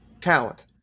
talent